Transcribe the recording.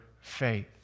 faith